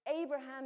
Abraham